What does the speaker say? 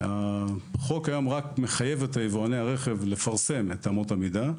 החוק היום מחייב את יבואני הרכב רק לפרסם את אמות המידה,